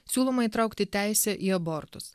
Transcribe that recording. siūloma įtraukti teisę į abortus